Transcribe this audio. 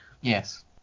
Yes